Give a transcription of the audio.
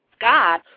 God